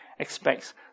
Expects